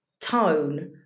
tone